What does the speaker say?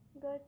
Good